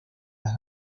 las